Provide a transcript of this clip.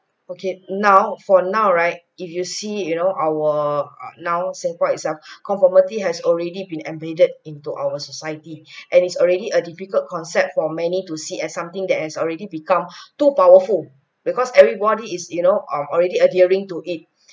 okay now for now right if you see you know our uh now singapore itself conformity has already been embedded into our society and it's already a difficult concept for many to see as something that has already become too powerful because everybody is you know um already adhering to it